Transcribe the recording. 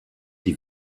die